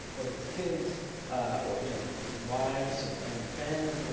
whether it's kids or you know wives and and fans. you know